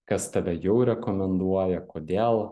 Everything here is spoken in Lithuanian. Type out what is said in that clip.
kas tave jau rekomenduoja kodėl